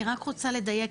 אני רק רוצה לדייק,